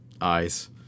eyes